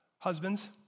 Husbands